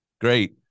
Great